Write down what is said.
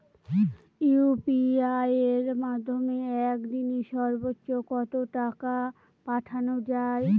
UPI এর মাধ্যমে এক দিনে সর্বচ্চ কত টাকা পাঠানো যায়?